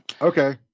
Okay